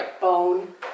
bone